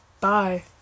Bye